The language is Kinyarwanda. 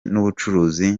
n’ubucuruzi